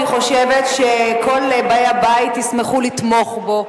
אני חושבת שכל באי הבית ישמחו לתמוך בו,